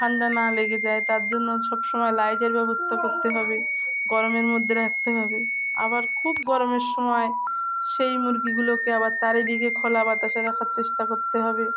ঠান্ডা না লেগে যায় তার জন্য সব সময় লাইটের ব্যবস্থা করতে হবে গরমের মধ্যে রাখতে হবে আবার খুব গরমের সময় সেই মুরগিগুলোকে আবার চারিদিকে খোলা বাতাসে রাখার চেষ্টা করতে হবে